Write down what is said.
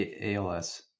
ALS